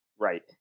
Right